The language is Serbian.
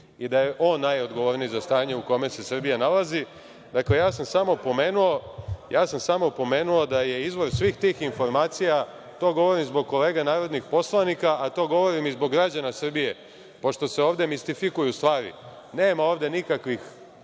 i da je on najodgovorniji za stanje u kome se Srbija nalazi.(Srđan Nogo: Nismo mi nervozni, vi ste nervozni.)Samo sam pomenuo da je izvor svih tih informacija, to govorim zbog kolega narodnih poslanika, a to govorim i zbog građana Srbije, pošto se ovde mistifikuju stvari. Nema ovde nikakvih